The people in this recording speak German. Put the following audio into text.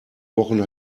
wochen